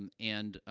um and, ah,